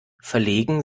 verlegen